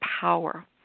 power